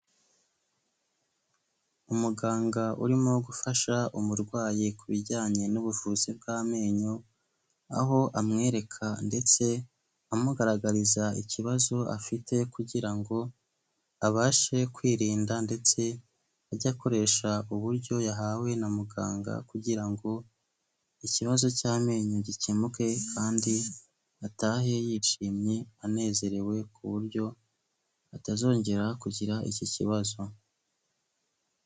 Umuganga urimo gufasha umurwayi ku bijyanye n'ubuvuzi bw'amenyo aho amwereka ndetse amugaragariza ikibazo afite kugira ngo abashe kwirinda ndetse ajye akoresha uburyo yahawe na muganga kugira ngo ikibazo cy'amenyo gikemuke kandi atahe yishimye anezerewe kuburyo atazongera kugira iki kibazo.